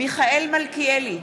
מיכאל מלכיאלי,